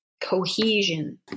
cohesion